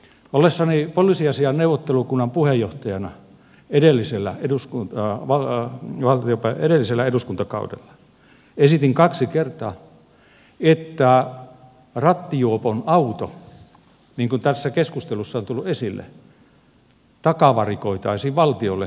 ollessani poliisiasiain neuvottelukunnan puheenjohtajana edellisellä eduskuntakaudella esitin kaksi kertaa että rattijuopon auto niin kuin tässä keskustelussa on tullut esille takavarikoitaisiin valtiolle rikoksentekovälineenä